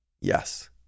Yes